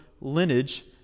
lineage